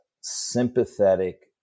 sympathetic